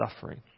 suffering